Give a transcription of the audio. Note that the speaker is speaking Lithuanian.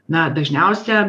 na dažniausia